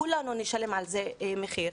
כולנו נשלם על זה מחיר.